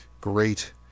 great